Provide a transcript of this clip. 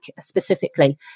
specifically